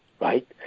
right